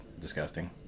disgusting